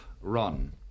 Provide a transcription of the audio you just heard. run